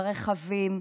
ברכבים,